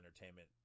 entertainment